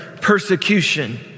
persecution